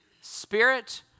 spirit